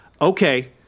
okay